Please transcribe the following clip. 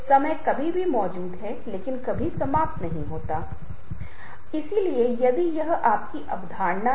इसलिए आप देखते हैं कि आप जो कहना चाहते हैं और जो आप वास्तव में कहने का प्रबंधन करते हैं उसके बीच एक अंतर हो सकता है